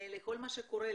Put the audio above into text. לכל מה שקורה,